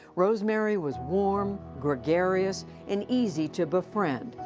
rosemary was warm, gregarious and easy to befriend,